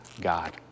God